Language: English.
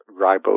ribose